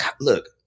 look